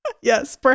Yes